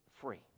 free